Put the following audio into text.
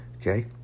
Okay